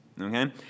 Okay